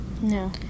no